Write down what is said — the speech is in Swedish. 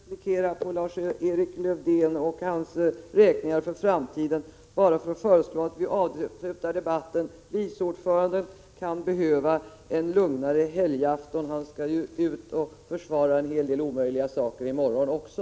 Herr talman! Jag har inte begärt ordet för att replikera på Lars-Erik Lövdén och hans räkningar för framtiden utan bara för att föreslå att vi avslutar debatten. Vice ordföranden kan behöva en lugnare helgafton — han skall ju ut och försvara en hel del omöjliga saker i morgon också.